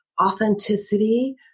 authenticity